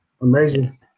amazing